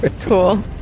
Cool